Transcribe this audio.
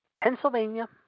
Pennsylvania